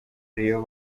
rayon